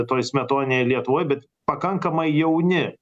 toj smetoninėj lietuvoj bet pakankamai jauni